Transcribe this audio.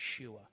Yeshua